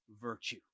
virtue